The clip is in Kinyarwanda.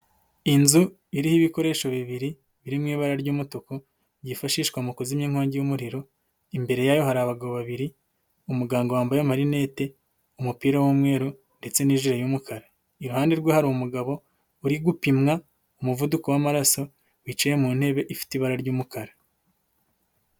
Inzu iriho ibikoresho bibiri biri mu ibara ry'umutuku, byifashishwa mu kuzimya inkongi y'umuriro, imbere yayo hari abagabo babiri, umuganga wambaye amarinete, umupira w'umweru ndetse n'ijiri y'umukara, iruhande rwe hari umugabo uri gupimwa umuvuduko w'amaraso, wicaye mu ntebe ifite ibara ry'umukara.